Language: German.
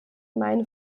meine